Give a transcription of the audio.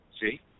See